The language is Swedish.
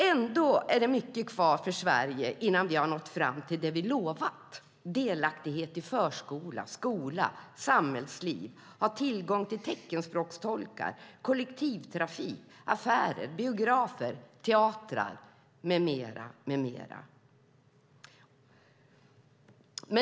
Ändå är det mycket kvar innan vi har nått fram till det vi har lovat, nämligen delaktighet i förskola, skola och samhällsliv, tillgång till teckenspråkstolkar, kollektivtrafik, affärer, biografer, teatrar med mera.